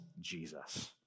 Jesus